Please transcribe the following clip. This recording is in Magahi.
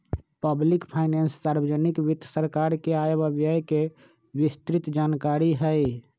पब्लिक फाइनेंस सार्वजनिक वित्त सरकार के आय व व्यय के विस्तृतजानकारी हई